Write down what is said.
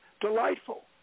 delightful